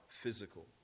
physical